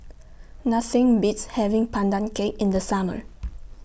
Nothing Beats having Pandan Cake in The Summer